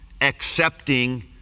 accepting